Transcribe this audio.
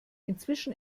inzwischen